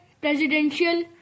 presidential